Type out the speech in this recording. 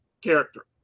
character